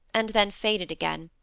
and then faded again.